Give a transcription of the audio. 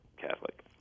Catholic